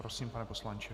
Prosím, pane poslanče.